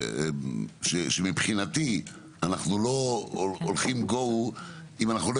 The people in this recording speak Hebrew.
שמבחינתי אנחנו לא הולכים אם אנחנו לא